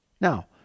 now